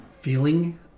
feeling